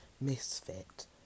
Misfit